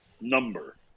number